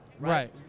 right